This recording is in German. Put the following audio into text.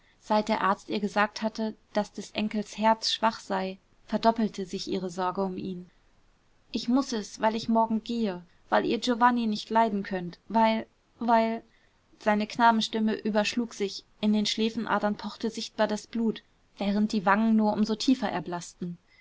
seit der arzt ihr gesagt hatte daß des enkels herz schwach sei verdoppelte sich ihre sorge um ihn ich muß es weil ich morgen gehe weil ihr giovanni nicht leiden könnt weil weil seine knabenstimme überschlug sich in den schläfenadern pochte sichtbar das blut während die wangen nur um so tiefer erblaßten